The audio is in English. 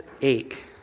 ache